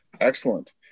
excellent